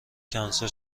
کنسل